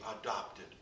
adopted